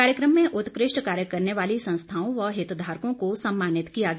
कार्यक्रम में उत्कृष्ठ कार्य करने वाली संस्थाओं व हितधारकों को सम्मानित किया गया